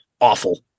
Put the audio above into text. awful